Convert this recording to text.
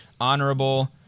honorable